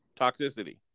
Toxicity